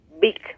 big